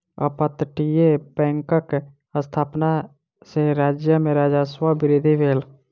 अपतटीय बैंकक स्थापना सॅ राज्य में राजस्व वृद्धि भेल